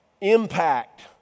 impact